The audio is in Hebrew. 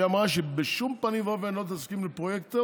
היא אמרה שבשום פנים ואופן היא לא תסכים לפרויקטור,